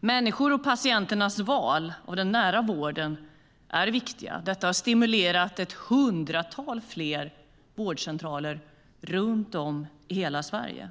Människor, patienters val och den nära vården är viktiga. Detta har stimulerat till ett hundratal fler vårdcentraler runt om i hela Sverige.